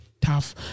tough